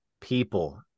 people